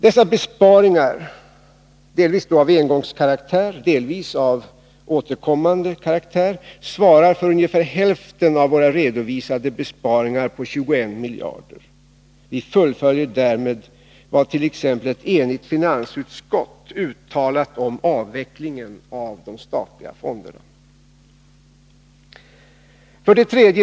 Dessa besparingar — delvis av engångskaraktär, delvis av återkommande karaktär — svarar för ungefär hälften av våra redovisade besparingar på 21 miljarder kronor. Vi fullföljer därmed vadt.ex. ett enigt finansutskott uttalat om avvecklingen av de statliga fonderna. 3.